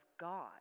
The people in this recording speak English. God